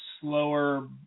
slower